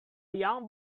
young